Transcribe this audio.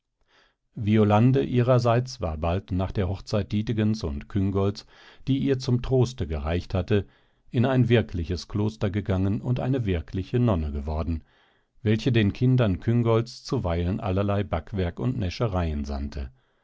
violande ihrerseits war bald nach der hochzeit dietegens und küngolts die ihr zum troste gereicht hatte in ein wirkliches kloster gegangen und eine wirkliche nonne geworden welche den kindern küngolts zuweilen allerlei backwerk und näschereien sandte